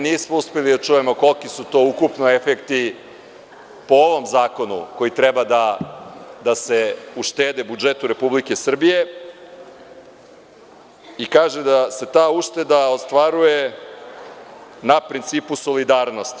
Nismo uspeli da čujemo koliki su to ukupno efekti po ovom zakonu koji treba da se uštede u budžetu Republike Srbije i kaže da se ta ušteda ostvaruje na principu solidarnosti.